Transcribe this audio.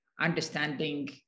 understanding